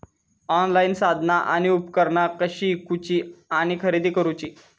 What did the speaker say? Online साधना आणि उपकरणा कशी ईकूची आणि खरेदी करुची?